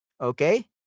okay